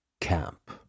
Camp